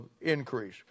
increase